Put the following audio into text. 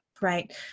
Right